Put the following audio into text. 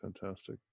fantastic